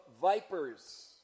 vipers